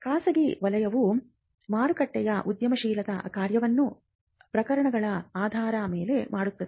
ಖಾಸಗಿ ವಲಯವು ಮಾರುಕಟ್ಟೆಯ ಉದ್ಯಮಶೀಲತಾ ಕಾರ್ಯವನ್ನು ಪ್ರಕರಣಗಳ ಆಧಾರದ ಮೇಲೆ ಮಾಡುತ್ತದೆ